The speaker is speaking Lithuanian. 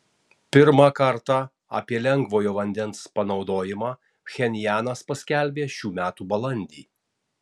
pirmą kartą apie lengvojo vandens panaudojimą pchenjanas paskelbė šių metų balandį